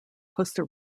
costa